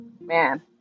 Man